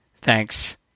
thanks